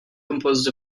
composed